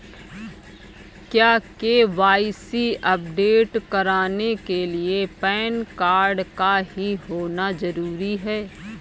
क्या KYC update कराने के लिए पैन कार्ड का ही होना जरूरी है?